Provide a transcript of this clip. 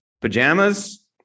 pajamas